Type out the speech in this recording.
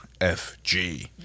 FG